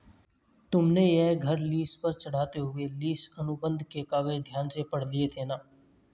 तुमने यह घर लीस पर चढ़ाते हुए लीस अनुबंध के कागज ध्यान से पढ़ लिए थे ना?